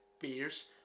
Beers